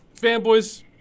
fanboys